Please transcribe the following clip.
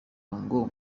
ngo